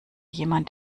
jemand